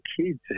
kids